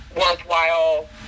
worthwhile